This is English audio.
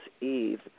Eve